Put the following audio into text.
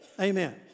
Amen